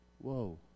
Whoa